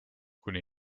kuni